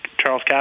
Charles